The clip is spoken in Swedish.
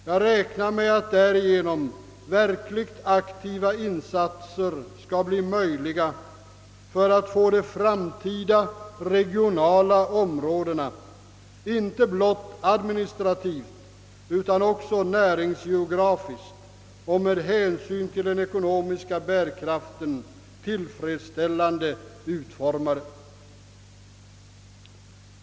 Jag räknar med att verkligt aktiva insatser därigenom skall bli möjliga för att få de framtida regionala områdena tillfredsställande utformade, inte blott administrativt utan också näringsgeografiskt och med hänsyn till den ekonomiska bärkraften.